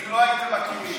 אם לא הייתם מקימים